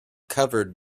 covered